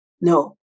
No